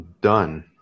done